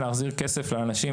להחזיר כסף לאנשים,